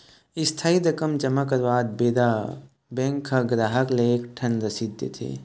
इस्थाई रकम जमा करवात बेरा बेंक ह गराहक ल एक ठन रसीद देथे